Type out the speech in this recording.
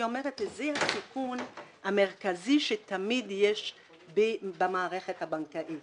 אומרת שזה הסיכון המרכזי שתמיד יש במערכת הבנקאית,